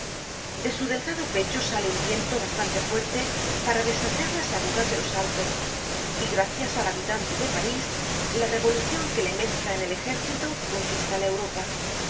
de su delgado pecho sale un viento bastante fuerte para deshacer las arrugas de los alpes y gracias al habitante de parís la revolucion que le mezcla en el ejército conquista la europa